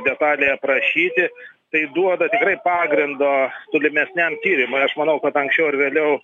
detaliai aprašyti tai duoda pagrindo tolimesniam tyrimui aš manau kad anksčiau ar vėliau